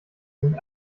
sind